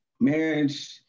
Marriage